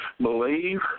believe